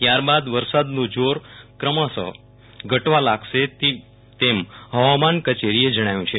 ત્યારબાદ વરસાદનું જોર ક્રમશ ઘટવા લાગશે તેમ હવામાન કચેરીએ જણાવ્યું છે